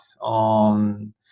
on